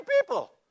people